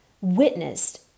witnessed